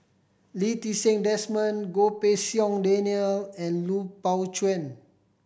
Lee Ti Seng Desmond Goh Pei Siong Daniel and Lui Pao Chuen